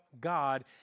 God